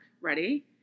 Ready